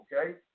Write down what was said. Okay